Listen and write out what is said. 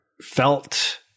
felt